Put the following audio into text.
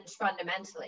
fundamentally